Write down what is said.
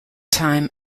time